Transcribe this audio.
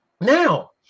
Now